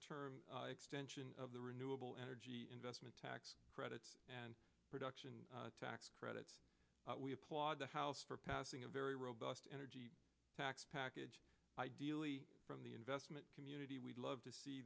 term extension of the renewable energy investment tax credits and production tax credits we applaud the house for passing a very robust energy tax package ideally from the investment community we'd love to see